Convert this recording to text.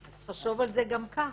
אז חשוב על זה גם כך.